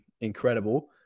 incredible